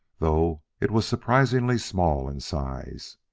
though it was surprisingly small in size.